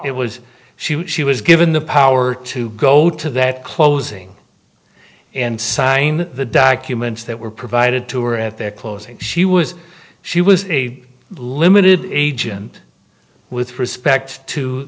t was she would she was given the power to go to that closing and sign the documents that were provided to or at their closing she was she was a limited agent with respect to